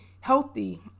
healthy